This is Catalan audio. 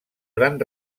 gran